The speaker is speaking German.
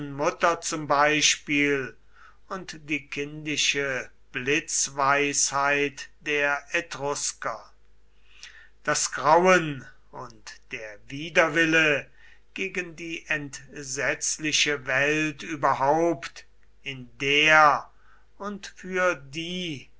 mutter zum beispiel und die kindische blitzweisheit der etrusker das grauen und der widerwille gegen die entsetzliche welt überhaupt in der und für die